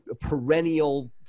perennial